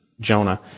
Jonah